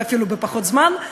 ואפילו בפחות זמן,